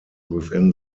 within